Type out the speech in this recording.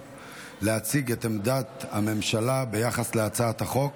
להציג את עמדת הממשלה ביחס להצעת החוק.